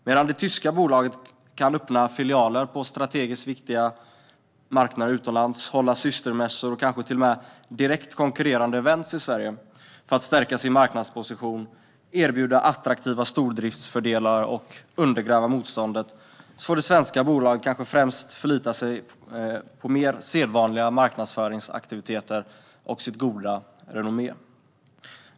Medan det tyska bolaget kan öppna filialer på strategiskt viktiga marknader utomlands och ordna systermässor och kanske till och med direkt konkurrerande event i Sverige för att stärka sin marknadsposition, erbjuda attraktiva stordriftsfördelar och undergräva motståndet får det svenska bolaget kanske främst förlita sig på mer sedvanliga marknadsföringsaktiviteter och sitt goda renommé.